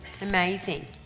Amazing